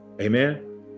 amen